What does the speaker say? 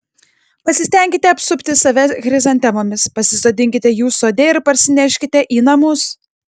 pasistenkite apsupti save chrizantemomis pasisodinkite jų sode ir parsineškite į namus